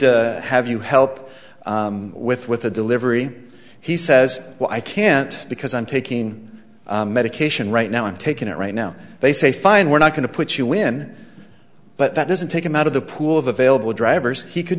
to have you help with with a delivery he says well i can't because i'm taking medication right now i'm taking it right now they say fine we're not going to put you in but that doesn't take him out of the pool of available drivers he could